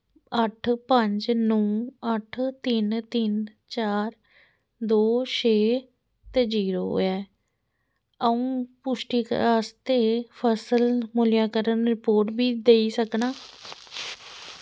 अट्ठ पंज नौ अट्ठ तिन्न तिन्न चार दो छे ते जीरो ऐ अ'ऊं पुश्टि आस्तै फसल मूल्यांकन रिपोर्ट बी देई सकनां